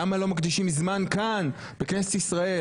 למה לא מקדישים זמן כאן בכנסת ישראל